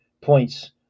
points